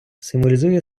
символізує